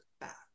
back